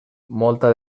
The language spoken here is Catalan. molta